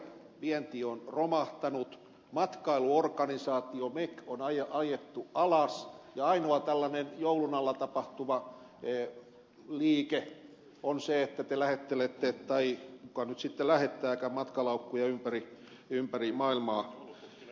vienti on romahtanut matkailuorganisaatio mek on ajettu alas ja ainoa tällainen joulun alla tapahtuva liike on se että te lähettelette tai kuka nyt sitten lähettääkään matkalaukkuja ympäri maailmaa